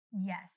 yes